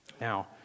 Now